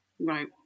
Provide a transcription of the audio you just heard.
Right